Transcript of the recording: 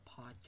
podcast